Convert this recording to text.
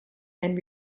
and